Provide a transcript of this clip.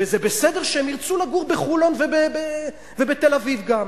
וזה בסדר שהם ירצו לגור בחולון ובתל-אביב גם.